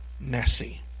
messy